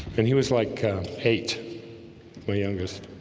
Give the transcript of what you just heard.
and he was like eight my youngest